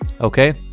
Okay